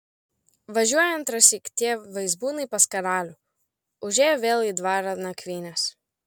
važiuoja antrąsyk tie vaizbūnai pas karalių užėjo vėl į dvarą nakvynės